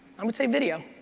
i would say video,